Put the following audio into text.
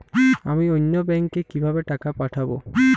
আমি অন্য ব্যাংকে কিভাবে টাকা পাঠাব?